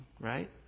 right